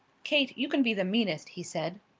kate, you can be the meanest, he said.